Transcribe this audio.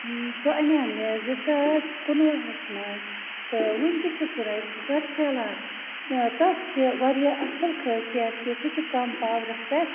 سُہ اَنے مےٚ زٕ ساس کُنوُہَس مَنٛز تہٕ ونتہِ چھُ سُہ رایِس کُکَر چَلان تتھ چھِ واریاہ اصٕل خٲصیت کہِ سُہ چھُ کَم پاورَس پیٚٹھ